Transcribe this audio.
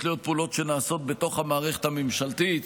להיות פעולות שנעשות בתוך המערכת הממשלתית.